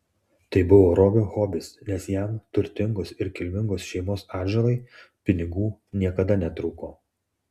tai buvo robio hobis nes jam turtingos ir kilmingos šeimos atžalai pinigų niekada netrūko